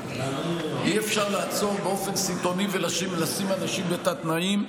אי-אפשר לעצור באופן סיטוני ולשים אנשים בתת-תנאים.